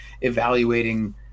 evaluating